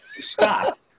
stop